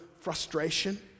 frustration